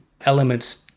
elements